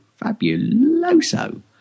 Fabuloso